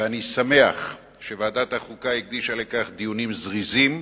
ואני שמח שוועדת החוקה הקדישה לכך דיונים זריזים.